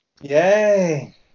Yay